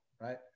Right